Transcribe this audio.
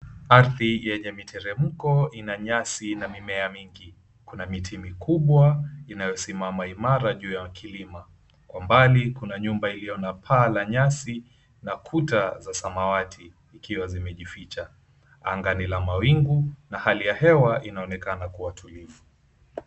Ardhi yenye miteremko ina nyasi na mimea mingi. Kuna miti mikubwa inayosimama imara juu ya kilima. Kwa mbali, kuna nyumba iliyo na paa la nyasi na kuta za samawati, ikiwa zimejificha. Anga ni la mawingu na hali ya hewa inaonekana kuwa tulivu.